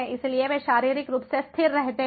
इसलिए वे शारीरिक रूप से स्थिर रहते हैं